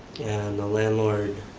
and the landlord.